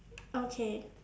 okay